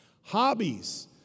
Hobbies